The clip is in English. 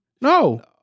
No